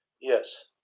Yes